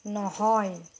নহয়